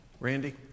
Randy